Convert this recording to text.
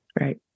Right